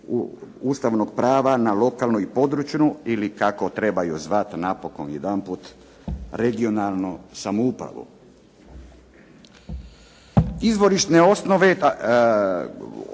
ustavnog prava na lokalnu i područnu, i kako trebaju zvati napokon jedanput regionalnu samoupravu. Izvorišne osnove